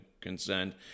concerned